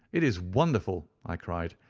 it is wonderful! i cried.